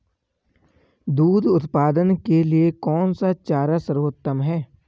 दूध उत्पादन के लिए कौन सा चारा सर्वोत्तम है?